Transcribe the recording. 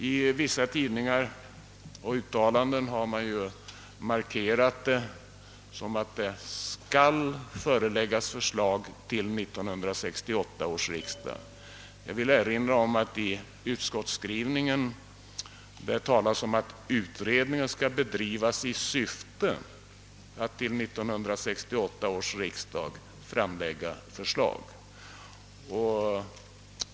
I vissa tidningar har man tytt skrivningen så att förslag skall framläggas till 1968 års riksdag. Jag vill erinra om att det i utskottets skrivning talas om att utredningen skall bedrivas i syfte att till 1968 års riksdag framlägga förslag.